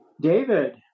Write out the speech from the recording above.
David